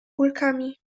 kulkami